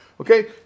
okay